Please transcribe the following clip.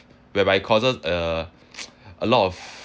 whereby it causes uh a lot of